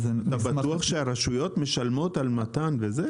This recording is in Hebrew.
אתה בטוח שהרשויות משלמות על נט"ן וזה?